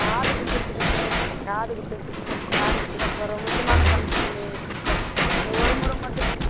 காது குத்துறதுக்கு மிஸ் காது குத்துறதுக்கு மிஸ் காது குத்துறதுக்கு போகிறோம் முக்கியமான ஃபங்க்ஷன் மிஸ் இந்த ஒரு முறை மட்டும் மிஸ்